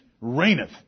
reigneth